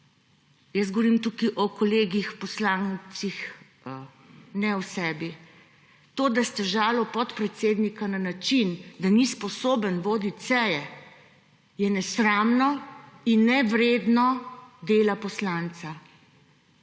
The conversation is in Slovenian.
Jaz govorim tukaj o kolegih poslancih, ne o sebi. To, da ste žalili podpredsednika na način, da ni sposoben voditi seje, je nesramno in nevredno dela poslanca.